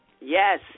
Yes